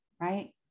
right